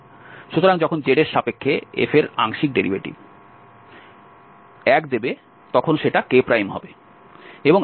সুতরাং যখন z এর সাপেক্ষে f এর আংশিক ডেরিভেটিভ 1 দেবে তখন সেটা k হবে